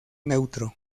neutro